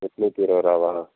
எட்நூற்றி இருபது ரூபாவா